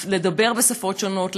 לדבר בשפות שונות,